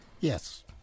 Yes